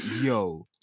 yo